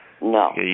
No